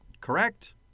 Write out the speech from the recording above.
Correct